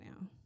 now